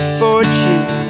fortune